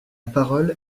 parole